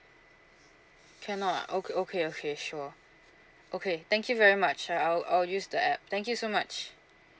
cannot ah okay okay okay sure okay thank you very much I'll I'll use the app thank you so much